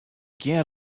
gjin